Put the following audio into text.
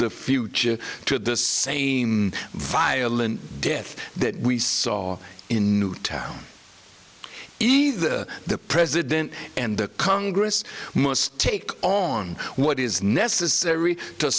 the future to the same violent death that we saw in newtown either the president and the congress must take on what is necessary to